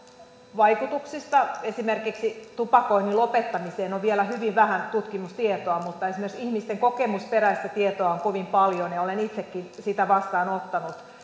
vaikutuksista esimerkiksi tupakoinnin lopettamiseen on vielä hyvin vähän tutkimustietoa mutta esimerkiksi ihmisten kokemusperäistä tietoa on kovin paljon ja olen itsekin sitä vastaanottanut